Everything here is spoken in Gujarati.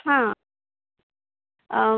હા